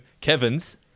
Kevin's